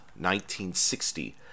1960